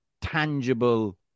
tangible